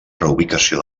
reubicació